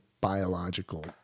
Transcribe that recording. biological